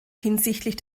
hinsichtlich